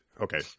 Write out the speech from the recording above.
okay